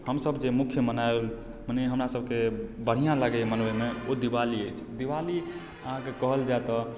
हमसभ जे मुख्य मनावय मने हमरासभकेँ बढ़िआँ लागैए मनबैमे ओ दिवाली अछि दिवाली अहाँकेँ कहल जाय तऽ